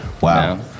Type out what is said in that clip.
Wow